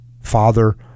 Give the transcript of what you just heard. father